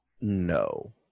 No